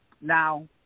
now